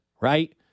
right